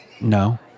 no